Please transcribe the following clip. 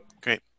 Great